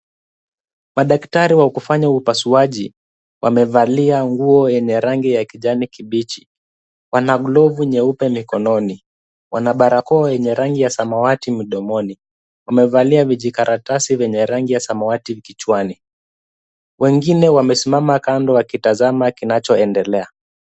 Madaktari wa kufanya upasuaji wamevalia nguo yenye rangi ya kijani kibichi. Wana glovu nyeupe mkononi. Wana barakoa yenye rangi ya samawati mdomoni. Wamevalia vijikaratasi vyenye rangi ya samawati kichwani. Wengine wamesimama kando wakitazama kinachoendelea.